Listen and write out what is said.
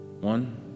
One